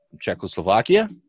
Czechoslovakia